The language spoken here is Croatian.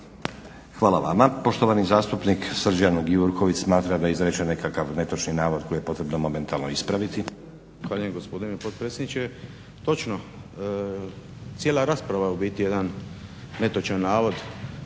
Hvala vama. Poštovani zastupnik Srđan Gjurković smatra da je izrečen nekakav netočni navod koji je potrebno momentalno ispraviti. **Gjurković, Srđan (HNS)** Zahvaljujem, gospodine potpredsjedniče. Točno, cijela rasprava je u biti jedan netočan navod.